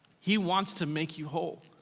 he wants to make you whole.